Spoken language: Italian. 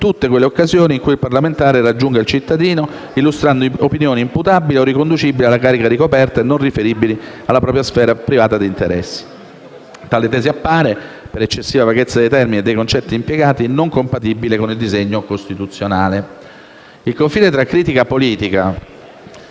tutte quelle occasioni in cui il parlamentare raggiunga il cittadino, illustrando opinioni imputabili o riconducibili alla carica ricoperta e non riferibili alla propria sfera privata di interessi. Tale tesi appare, per la eccessiva vaghezza dei termini e dei concetti impiegati, non compatibile con il disegno costituzionale». Il confine tra critica politica